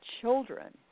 children